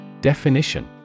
Definition